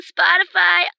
Spotify